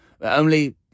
Only